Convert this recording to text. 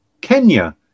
Kenya